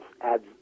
adds